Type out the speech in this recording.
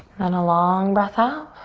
and a long breath out.